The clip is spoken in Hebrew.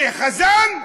וחזן?